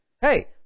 hey